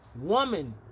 woman